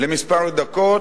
לכמה דקות,